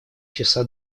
часа